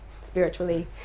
spiritually